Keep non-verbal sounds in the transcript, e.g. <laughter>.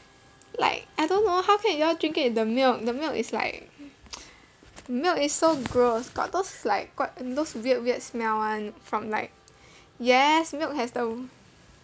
like I don't know how can you all drink it with the milk the milk is like <noise> milk is so gross got those like quite those weird weird smell [one] from like yes milk has the